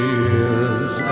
years